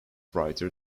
writer